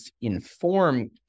inform